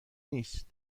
نیست